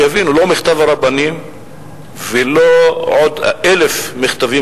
שיבינו: לא מכתב הרבנים ולא עוד אלף מכתבים